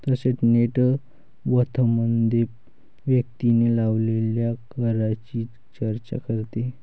तसेच नेट वर्थमध्ये व्यक्तीने लावलेल्या करांची चर्चा करते